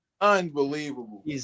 Unbelievable